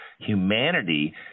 humanity